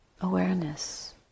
awareness